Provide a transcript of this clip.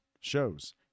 shows